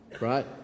right